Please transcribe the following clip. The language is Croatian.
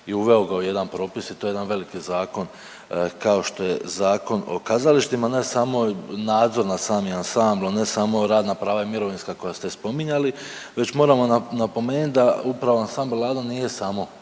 i uveo ga u jedan propis i to je jedan veliki zakon, kao što je Zakon o kazalištima, ne samo nadzor nad samim ansamblom, ne samo rad na prava i mirovinska koja ste spominjali, već moramo napomenuti da upravo Ansambl Lado nije samo